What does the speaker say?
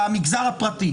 במגזר הפרטי,